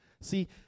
See